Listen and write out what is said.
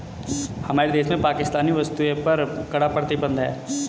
हमारे देश में पाकिस्तानी वस्तुएं पर कड़ा प्रतिबंध हैं